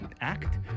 act